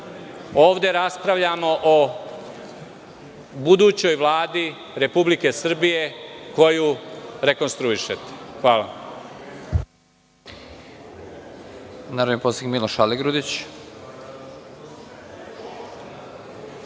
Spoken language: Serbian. ovde raspravljamo o budućoj Vladi Republike Srbije koju rekonstruišete. Hvala.